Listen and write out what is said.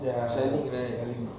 selling food